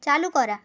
চালু করা